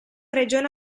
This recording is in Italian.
regione